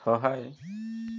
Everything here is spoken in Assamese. সহায়